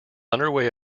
underway